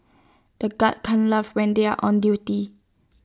the guards can't laugh when they are on duty